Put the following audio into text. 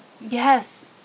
Yes